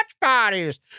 parties